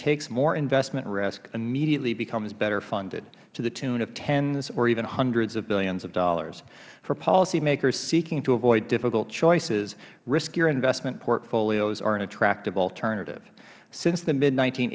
takes more investment risk immediately becomes better funded to the tune of tens or even hundreds of billions of dollars for policy makers seeking to avoid difficult choices riskier investment portfolios are an attractive alternative since the mid